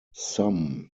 some